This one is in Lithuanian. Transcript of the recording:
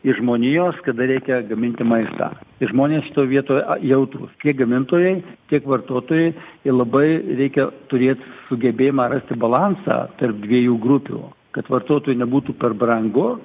iš žmonijos kada reikia gaminti maistą žmonės šitoj vietoj jautrūs tiek gamintojai tiek vartotojai labai reikia turėt sugebėjimą rasti balansą tarp dviejų grupių kad vartotojui nebūtų per brangu